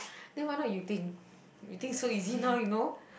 then why not you think you think so easy now you know